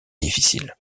difficile